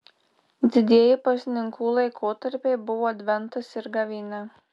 didieji pasninkų laikotarpiai buvo adventas ir gavėnia